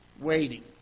waiting